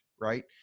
right